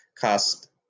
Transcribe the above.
cost